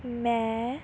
ਮੈਂ